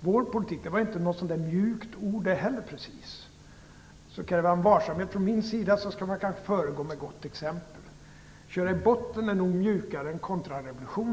vår politik. Inte heller det var något mjukt uttryck. Kräver man varsamhet från min sida, skall man kanske föregå med gott exempel. Uttrycket "att köra i botten" är nog i varje fall mjukare än ordet "kontrarevolution".